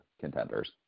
contenders